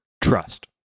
trust